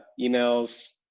emails,